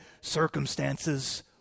Circumstances